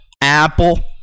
Apple